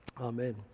Amen